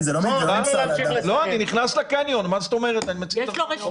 אני נכנס לקניון, אני מציג דרכון ירוק.